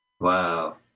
Wow